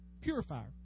purifier